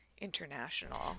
international